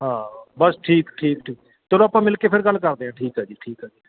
ਹਾਂ ਬਸ ਠੀਕ ਠੀਕ ਠੀਕ ਚਲੋ ਆਪਾਂ ਮਿਲ ਕੇ ਫਿਰ ਗੱਲ ਕਰਦੇ ਹਾਂ ਠੀਕ ਆ ਜੀ ਠੀਕ ਆ ਜੀ